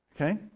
Okay